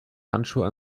handschuhe